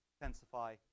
intensify